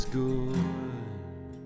good